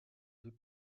deux